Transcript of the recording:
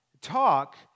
talk